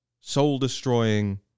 soul-destroying